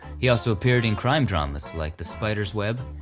he also appeared in crime drama like the spider's web,